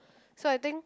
so I think